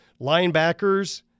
linebackers